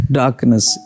darkness